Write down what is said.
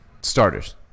starters